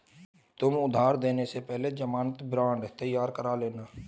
तुम उधार देने से पहले ज़मानत बॉन्ड तैयार करवा लेना